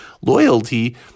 Loyalty